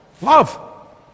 love